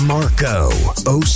Marco